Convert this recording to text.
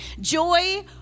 joy